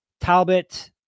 Talbot